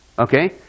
Okay